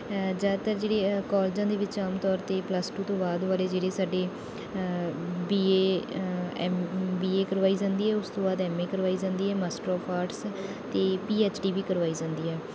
ਜ਼ਿਆਦਾਤਰ ਜਿਹੜੀ ਕਾਲਜਾਂ ਦੇ ਵਿੱਚ ਆਮ ਤੌਰ 'ਤੇ ਪਲੱਸ ਟੂ ਤੋਂ ਬਾਅਦ ਬਾਰੇ ਜਿਹੜੇ ਸਾਡੇ B A M B A ਕਰਵਾਈ ਜਾਂਦੀ ਹੈ ਉਸ ਤੋਂ ਬਾਅਦ ਐਮ ਏ ਕਰਵਾਈ ਜਾਂਦੀ ਹੈ ਮਾਸਟਰ ਆਫ ਆਰਟਸ ਅਤੇ ਪੀ ਐਚ ਡੀ ਵੀ ਕਰਵਾਈ ਜਾਂਦੀ ਹੈ